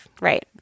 Right